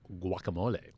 guacamole